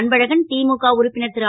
அன்பழகன் முக உறுப்பினர் ரு